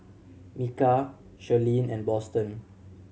Micah Shirleen and Boston